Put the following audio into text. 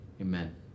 Amen